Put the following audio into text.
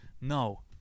No